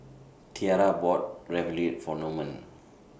Tiarra bought Ravioli For Norman